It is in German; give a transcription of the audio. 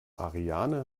ariane